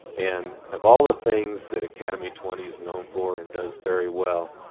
and of all the things that academy twenty is known for and does very well,